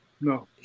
No